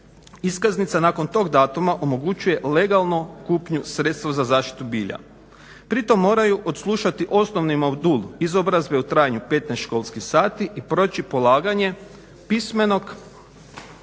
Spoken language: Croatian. iskaznica nakon tog datuma omogućuje legalnu kupnju sredstva za zaštitu bilja. Pritom moraju odslušati osnovni modul izobrazbe u trajanju 15 školskih sati i proći polaganje pismenog